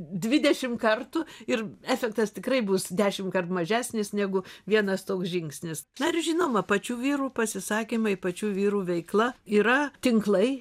dvidešim kartų ir efektas tikrai bus dešimtkart mažesnis negu vienas toks žingsnis na ir žinoma pačių vyrų pasisakymai pačių vyrų veikla yra tinklai